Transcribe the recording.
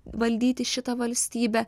valdyti šitą valstybę